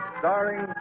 starring